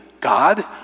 God